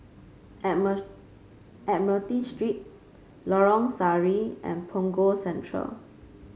Admiralty Street Lorong Sari and Punggol Central